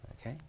Okay